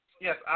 Yes